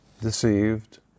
deceived